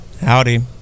Howdy